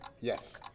Yes